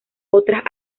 otras